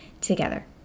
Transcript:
together